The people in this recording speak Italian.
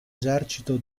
esercito